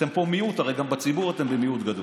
אתם הרי מיעוט פה, גם בציבור אתם במיעוט גדול,